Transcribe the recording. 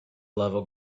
level